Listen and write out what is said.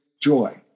joy